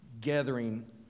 gathering